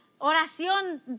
oración